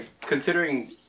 considering